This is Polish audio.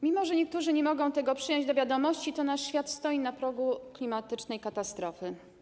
Mimo że niektórzy nie mogą tego przyjąć do wiadomości, to nasz świat stoi na progu klimatycznej katastrofy.